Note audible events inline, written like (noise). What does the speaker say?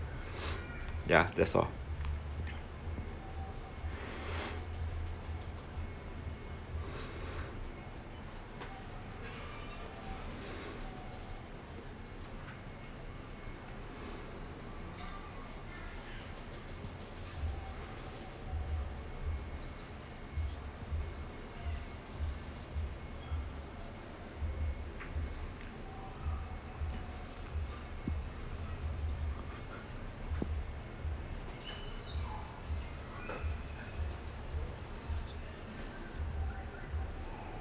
(breath) ya that's all (breath) (noise)